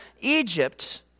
Egypt